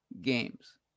games